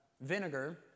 vinegar